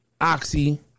oxy